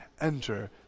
enter